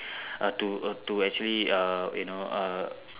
err to err to actually err you know err